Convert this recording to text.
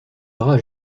bras